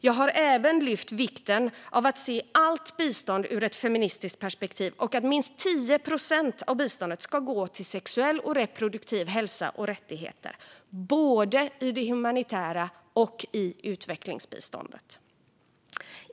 Jag har även lyft vikten av att se allt bistånd ur ett feministiskt perspektiv och att minst 10 procent av biståndet ska gå till sexuell och reproduktiv hälsa och rättigheter, både i det humanitära biståndet och i utvecklingsbiståndet.